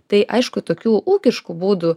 tai aišku tokių ūkiškų būdų